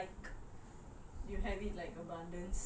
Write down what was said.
ya maybe you also can say lah something that you don't like